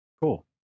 Cool